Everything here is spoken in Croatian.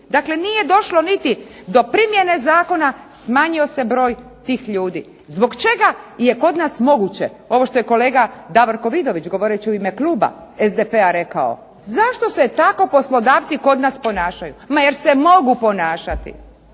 Dakle, nije došlo niti do primjene zakona, smanjio se broj tih ljudi. Zbog čega je kod nas moguće ovo što je kolega Davorko Vidović govoreći u ime kluba SDP-a rekao, zašto se tako poslodavci kod nas ponašaju? Ma jer se mogu ponašati.